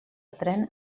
tren